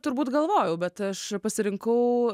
turbūt galvojau bet aš pasirinkau